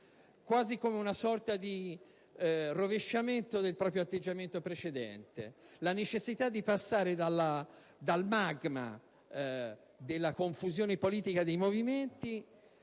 quasi come una sorta di rovesciamento del proprio atteggiamento precedente, quasi denotando la necessità di passare dal magma della confusione politica dei movimenti